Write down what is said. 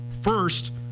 first